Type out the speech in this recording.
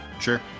Sure